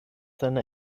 seiner